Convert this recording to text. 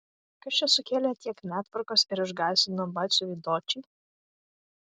kas čia sukėlė tiek netvarkos ir išgąsdino batsiuvį dočį